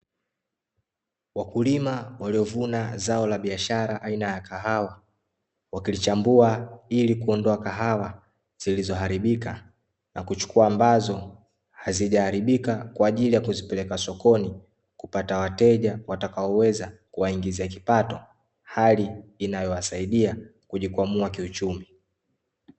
Wakulima waliovuna zao la biashara aina ya kahawa, wakilichambua ili kuondoa kahawa zilizoharibika na kuchukua ambazo hazijaharibika kwa ajili ya kuzipeleka sokoni kupata wateja watakaoweza kuwaingizia kipato; hali inayowasaidia kujikwamua kiuchumi.